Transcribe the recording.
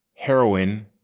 heroin,